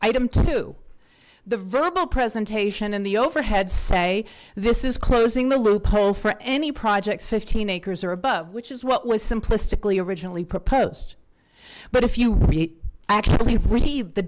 item two the verbal presentation and the overhead say this is closing the loophole for any projects fifteen acres or above which is what was simplistically originally proposed but if you actually re